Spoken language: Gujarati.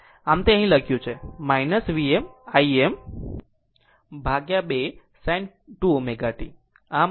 આમ જ તે લખ્યું છે Vm Im2 sin 2 ω t